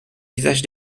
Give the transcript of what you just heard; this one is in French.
visage